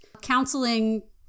counseling